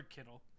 Kittle